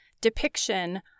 depiction